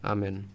Amen